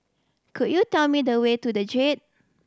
could you tell me the way to The Jade